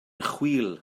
chwil